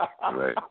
Right